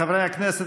חברי הכנסת,